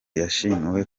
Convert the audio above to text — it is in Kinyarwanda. yashimiwe